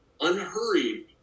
unhurried